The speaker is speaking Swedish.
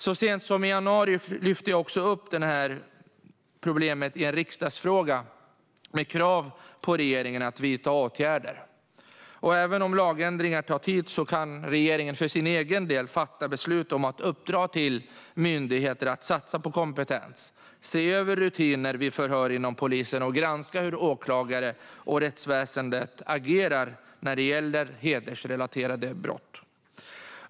Så sent som i januari lyfte jag upp detta problem i en riksdagsfråga med krav på regeringen att vidta åtgärder. Även om lagändringar tar tid kan regeringen för sin egen del fatta beslut om att uppdra till myndigheter att satsa på kompetens, att se över rutiner vid förhör inom polisen och att granska hur åklagarna och rättsväsendet agerar när det gäller hedersrelaterade brott.